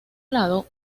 lado